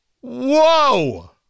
Whoa